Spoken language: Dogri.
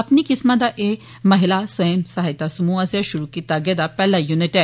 अपनी किस्मां दा महिलाएं स्वयं सहायता समूह् आस्सेआ शुरू कीता गेदा एह् पैह्ला यूनिट ऐ